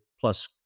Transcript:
plus